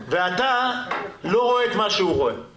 ואתה לא רואה את מה שהוא רואה.